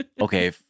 okay